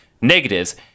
Negatives